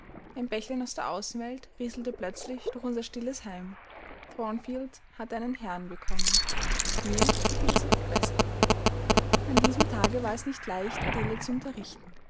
ein bächlein aus der außenwelt rieselte plötzlich durch unser stilles heim thornfield hatte einen herrn bekommen mir gefiel es jetzt besser an diesem tage war es nicht leicht adele zu unterrichten